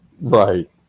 Right